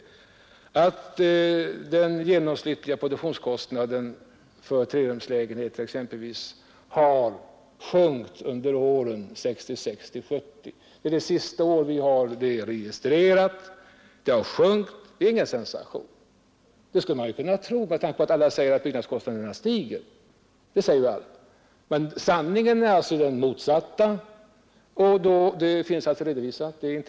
Jag syftar på att den genomsnittliga produktionskostnaden för lägenheter i flerfamiljshus har sjunkit under åren 1966-1970; år 1970 är det senaste för vilket det finns en registrering. Produktionskostnaden har alltså sjunkit — detta är ingen sensation. Det skulle man annars kunna tro med tanke på att alla säger att byggkostnaderna stiger. Men sanningen är alltså den motsatta, och detta finns klart redovisat officiellt.